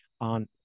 on